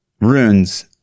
runes